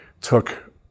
took